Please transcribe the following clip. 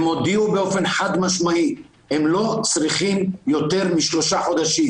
הם הודיעו באופן חד משמעי שהם לא צריכים יותר משלושה חודשים,